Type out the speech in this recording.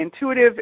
intuitive